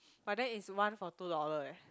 but then is one for two dollar leh